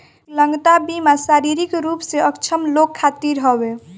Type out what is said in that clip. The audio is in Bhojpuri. विकलांगता बीमा शारीरिक रूप से अक्षम लोग खातिर हवे